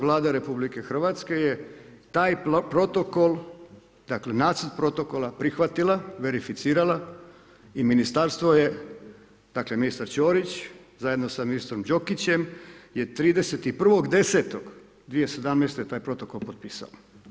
Vlada RH je taj protokol dakle nacrt protokola prihvatila, verificirala i ministarstvo je dakle ministar Ćorić je zajedno s ministrom Đokićem je 31.10.2017. je taj protokol potpisala.